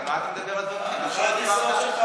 על מה אתה מדבר, חבר הכנסת כסיף,